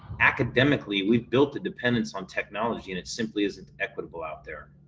academically, we've built the dependence on technology and it simply isn't equitable out there.